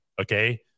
okay